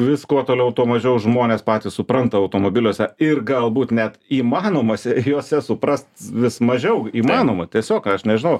vis kuo toliau tuo mažiau žmonės patys supranta automobiliuose ir galbūt net įmanomose jose suprast vis mažiau įmanoma tiesiog aš nežinau